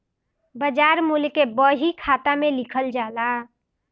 बाजार मूल्य के बही खाता में लिखल जाला